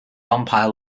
vampire